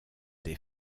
des